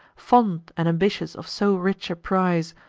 fond and ambitious of so rich a prize,